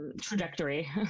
trajectory